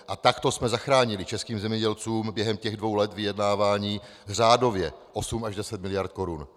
A takto jsme zachránili českým zemědělcům během těch dvou let vyjednávání řádově osm až deset miliard korun.